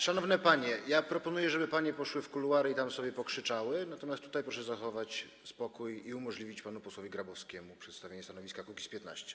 Szanowne panie, proponuję, żeby panie poszły w kuluary i tam sobie pokrzyczały, natomiast tutaj proszę zachować spokój i umożliwić panu posłowi Grabowskiemu przedstawienie stanowiska klubu Kukiz’15.